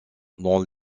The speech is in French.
dans